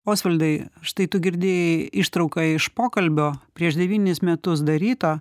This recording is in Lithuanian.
osvaldai štai tu girdėjai ištrauką iš pokalbio prieš devynis metus daryto